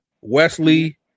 Wesley